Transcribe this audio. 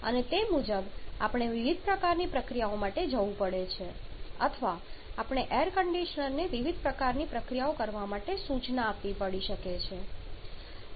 અને તે મુજબ આપણે વિવિધ પ્રકારની પ્રક્રિયાઓ માટે જવું પડે છે અથવા આપણે એર કંડિશનરને વિવિધ પ્રકારની પ્રક્રિયાઓ કરવા માટે સૂચના આપવી પડી શકે છે